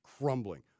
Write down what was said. crumbling